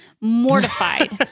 mortified